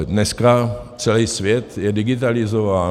Dneska celý svět je digitalizován.